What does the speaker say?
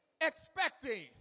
expecting